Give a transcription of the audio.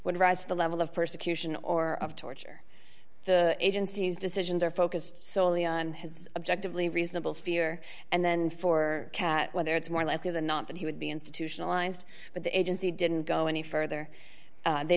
would rise to the level of persecution or of torture the agency's decisions are focused solely on his objectively reasonable fear and then for cat whether it's more likely than not that he would be institutionalized but the agency didn't go any further they